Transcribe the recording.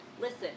Listen